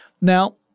Now